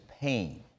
pain